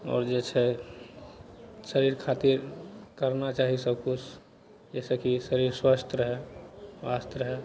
आओर जे छै शरीर खातिर करना चाही सबकिछु जाहिसँ कि शरीर स्वस्थ रहय पास रहय